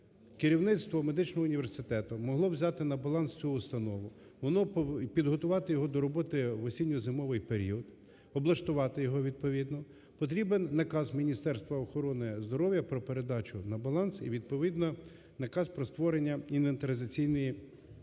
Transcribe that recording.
керівництво медичного університету могло взяти на баланс цю установу, підготувати його до роботи в осінньо-зимовий період, облаштувати його відповідно, потрібен наказ Міністерства охорони здоров'я про передачу на баланс і відповідно наказ про створення інвентаризаційної комісії.